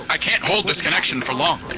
i can't hold this connection for long.